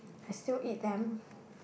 I still eat them